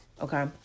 okay